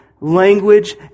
language